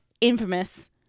infamous